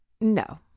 No